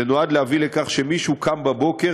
זה נועד להביא לכך שמישהו קם בבוקר,